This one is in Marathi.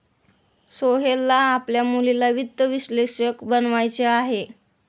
सोहेलला आपल्या मुलीला वित्त विश्लेषक बनवायचे आहे